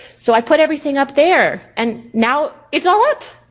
so i put everything up there. and now it's all up.